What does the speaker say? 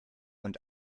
und